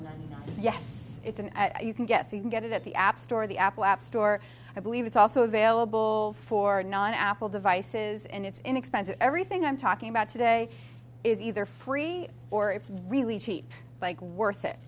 the yes it's and you can guess you can get it at the app store the apple app store i believe it's also available for non apple devices and it's inexpensive everything i'm talking about today is either free or it's really cheap like worth